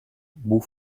beau